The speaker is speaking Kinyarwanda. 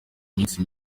minsi